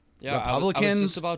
Republicans